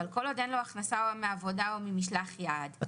אבל כל עוד אין לו הכנסה מעבודה או ממשלח יד --- את